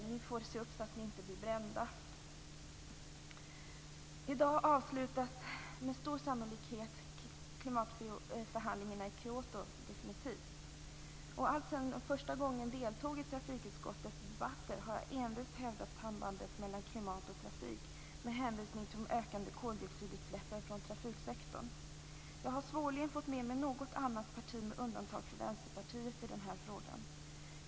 Ni får se upp så att ni inte blir brända. I dag avslutas med stor sannolikhet klimatförhandlingarna i Kyoto definitivt. Alltsedan jag första gången deltog i trafikutskottets debatter har jag envist hävdat sambandet mellan klimat och trafik med hänvisning till de ökande koldioxidutsläppen från trafiksektorn. Jag har svårligen fått med mig något annat parti, med undantag för Vänsterpartiet, i den här frågan.